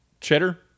cheddar